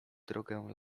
drogę